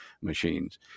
machines